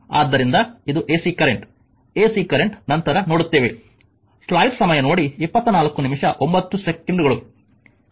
ಆದ್ದರಿಂದ ಇದು AC current AC current ನಂತರ ನೋಡುತ್ತೇವೆ